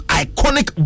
iconic